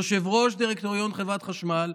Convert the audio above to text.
יושב-ראש דירקטוריון חברת חשמל.